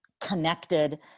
connected